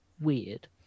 weird